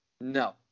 No